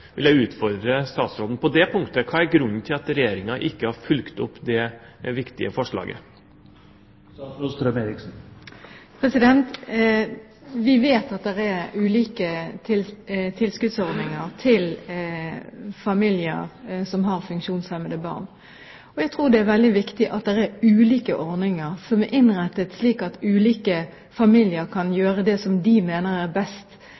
vil jeg utfordre statsråden på dette punktet. Hva er grunnen til at Regjeringen ikke har fulgt opp det viktige forslaget? Vi vet at det er ulike tilskuddsordninger til familier som har funksjonshemmede barn. Jeg tror det er veldig viktig at det er ulike ordninger som er innrettet slik at ulike familier kan gjøre det som de mener er best